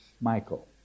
Michael